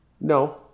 No